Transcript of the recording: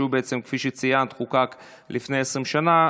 שכמו שציינת חוקק לפני 20 שנה.